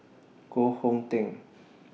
Koh Hong Teng